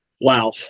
Wow